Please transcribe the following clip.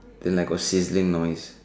then got sizzling noise